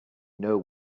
know